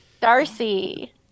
Darcy